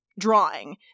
drawing